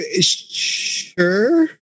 Sure